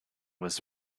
was